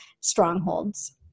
strongholds